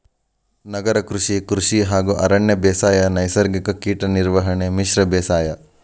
ನಗರ ಕೃಷಿ, ಕೃಷಿ ಹಾಗೂ ಅರಣ್ಯ ಬೇಸಾಯ, ನೈಸರ್ಗಿಕ ಕೇಟ ನಿರ್ವಹಣೆ, ಮಿಶ್ರ ಬೇಸಾಯ